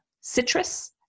citrus